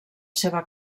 seva